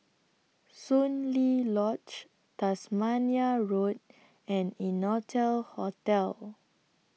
Soon Lee Lodge Tasmania Road and Innotel Hotel